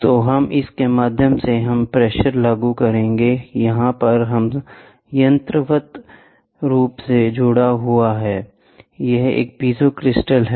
तो इस के माध्यम से हम प्रेशर लागू करेंगे यहाँ यह यंत्रवत् रूप से जुड़ा हुआ है यह एक पीजो क्रिस्टल है